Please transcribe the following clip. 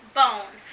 bone